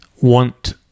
want